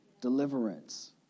Deliverance